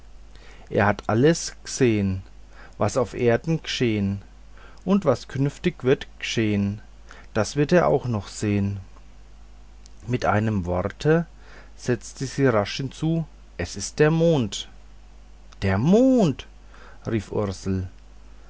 er hat alles gesehn was auf erden geschehn und was künftig wird geschehn das wird er auch noch sehn mit einem worte setzte sie rasch hinzu es ist der mond der mond rief ursel